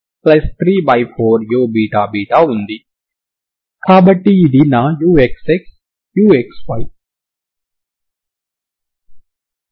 కాబట్టి ఇది నా uxx uxy